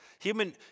Human